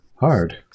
Hard